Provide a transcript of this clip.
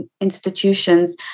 institutions